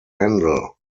handle